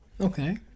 Okay